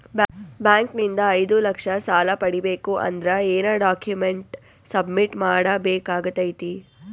Bank ನಿಂದ ಐದು ಲಕ್ಷ ಸಾಲ ಪಡಿಬೇಕು ಅಂದ್ರ ಏನ ಡಾಕ್ಯುಮೆಂಟ್ ಸಬ್ಮಿಟ್ ಮಾಡ ಬೇಕಾಗತೈತಿ?